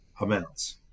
amounts